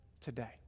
today